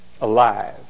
alive